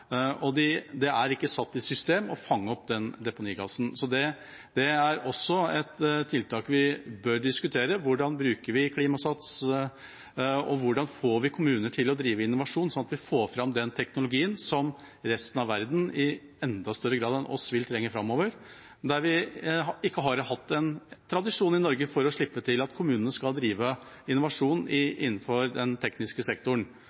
og det å fange opp den deponigassen er ikke satt i system. Det er også et tiltak vi bør diskutere: Hvordan bruker vi Klimasats, og hvordan får vi kommuner til å drive med innovasjon, slik at vi får fram den teknologien som resten av verden, i enda større grad enn oss, vil trenge framover? Vi har ikke hatt tradisjon i Norge for å slippe til og la kommunene drive med innovasjon innenfor den tekniske sektoren.